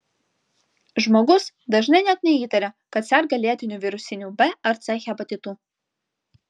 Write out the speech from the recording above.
žmogus dažnai net neįtaria kad serga lėtiniu virusiniu b ar c hepatitu